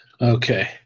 Okay